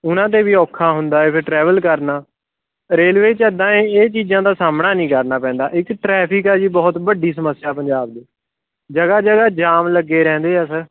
ਉਹਨਾਂ 'ਤੇ ਵੀ ਔਖਾ ਹੁੰਦਾ ਹੈ ਫਿਰ ਟਰੈਵਲ ਕਰਨਾ ਰੇਲਵੇ 'ਚ ਇੱਦਾਂ ਇਹ ਚੀਜ਼ਾਂ ਦਾ ਸਾਹਮਣਾ ਨਹੀਂ ਕਰਨਾ ਪੈਂਦਾ ਇੱਕ ਟਰੈਫਿਕ ਆ ਜੀ ਬਹੁਤ ਵੱਡੀ ਸਮੱਸਿਆ ਪੰਜਾਬ ਦੀ ਜਗ੍ਹਾ ਜਗ੍ਹਾ ਜਾਮ ਲੱਗੇ ਰਹਿੰਦੇ ਆ ਸਰ